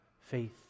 faith